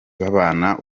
babana